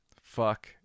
Fuck